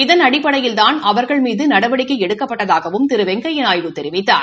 இதன் அடிப்படையில்தான் அவர்கள் மீது நடவடிக்கை எடுக்கப்பட்டதாகவும் திரு வெங்கையா நாயுடு தெரிவித்தார்